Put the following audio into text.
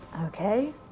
Okay